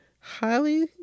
Highly